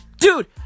Dude